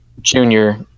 junior